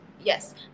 yes